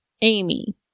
Amy